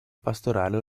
pastorale